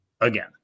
again